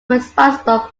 responsible